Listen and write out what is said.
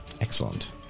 Excellent